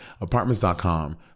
Apartments.com